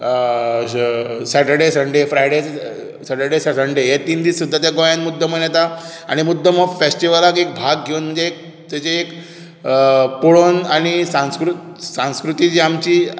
Saturday Sunday Friday Saturday Sunday हे तीन दीस सुद्दां ते गोंयांत मुद्दमून येता आनी मुद्दम हे फॅस्टीवलाक एक भाग घेवन म्हणजे तेजे एक पळोवन आनी संस्कृती जी आमची